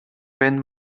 wenn